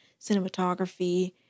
cinematography